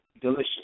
Delicious